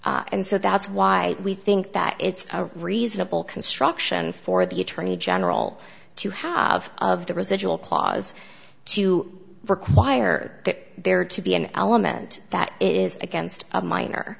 and so that's why we think that it's reasonable construction for the attorney general to have of the residual clause to require that there'd to be an element that it is against a minor